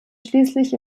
schließlich